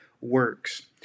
works